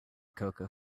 cocoa